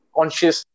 conscious